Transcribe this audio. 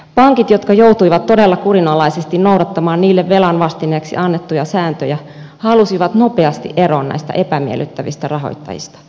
pankit jotka joutuivat todella kurinalaisesti noudattamaan niille velan vastineeksi annettuja sääntöjä halusivat nopeasti eroon näistä epämiellyttävistä rahoittajista